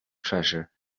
treasure